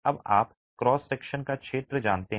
अब आप cross section का क्षेत्र जानते हैं